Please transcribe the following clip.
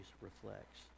reflects